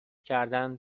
کردن